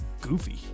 Goofy